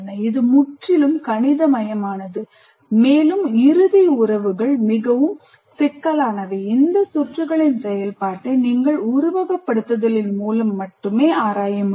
இது முற்றிலும் கணிதமயமானது மேலும் இறுதி உறவுகள் மிகவும் சிக்கலானவை இந்த சுற்றுகளின் செயல்பாட்டை நீங்கள் உருவகப்படுத்துதலின் மூலம் மட்டுமே ஆராய முடியும்